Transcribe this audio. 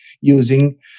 using